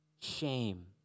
shame